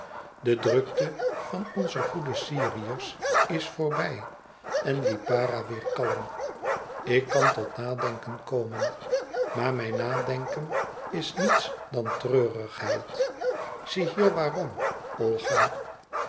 de drukte van onze goede syriërs is voorbij en lipara weêr kalm ik kan tot nadenken komen maar mijn nadenken is niets dan treurigheid ziehier waarom olga